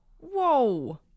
whoa